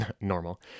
normal